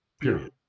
period